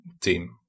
team